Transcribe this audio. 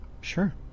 Sure